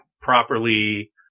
properly